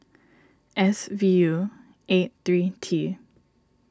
S V U eight three T